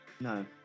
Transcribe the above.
No